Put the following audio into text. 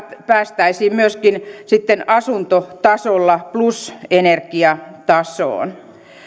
päästäisiin myöskin sitten asuntotasolla plus energiatasoon